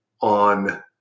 on